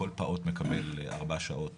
כל פעוט מקבל 4 שעות